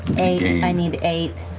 eight, i need eight.